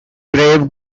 grave